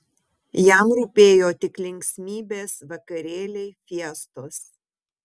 jam rūpėjo tik linksmybės vakarėliai fiestos